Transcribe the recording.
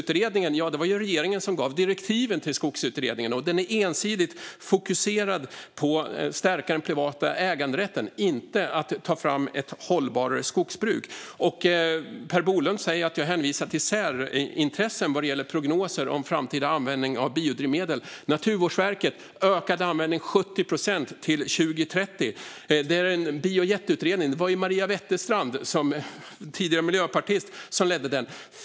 Det var regeringen som gav direktiven till Skogsutredningen. Och den är ensidigt fokuserad på att stärka den privata äganderätten, inte på att ta fram ett mer hållbart skogsbruk. Per Bolund säger att jag hänvisar till särintressen vad gäller prognoser om framtida användning av biodrivmedel. Det handlar om Naturvårdsverket och om en ökad användning med 70 procent till 2030. Det var Maria Wetterstrand, tidigare miljöpartist, som ledde Biojetutredningen.